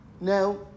Now